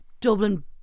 Dublin